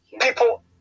people